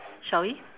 shall we